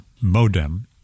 modem